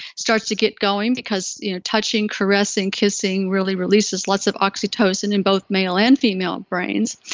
starts to get going, because you know touching, caressing, kissing really releases lots of oxytocin in both male and female brains.